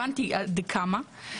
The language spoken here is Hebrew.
הבנתי עד כמה.